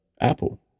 Apple